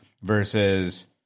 versus